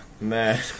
man